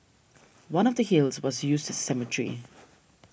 one of the hills was used as a cemetery